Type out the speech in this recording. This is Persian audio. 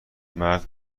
مرد